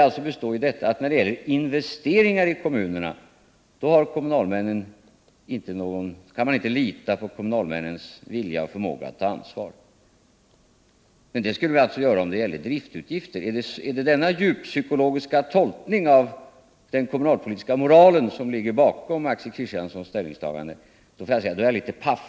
När det gäller investeringar i kommunerna skulle vi inte kunna lita på kommunalmännens vilja och förmåga att ta ansvar, men det skulle vi kunna göra när det gäller driftutgifter. Är det denna djuppsykologiska tolkning av den kommunalpolitiska moralen som ligger bakom Axel Kristianssons ställningstagande? I så fall är jag litet paff.